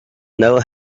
know